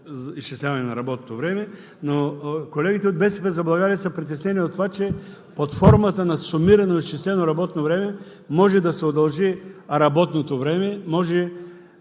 изчисляване на работното време. Но колегите от „БСП за България“ са притеснени от това, че под формата на сумирано изчислено работно време може да се удължи работното време, може